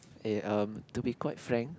eh um to be quite frank